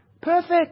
perfect